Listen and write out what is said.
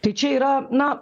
tai čia yra na